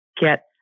get